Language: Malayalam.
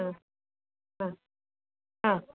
ആ ആ ആ